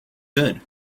good